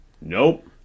Nope